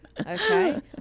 Okay